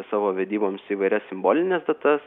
savo vedyboms įvairias simbolines datas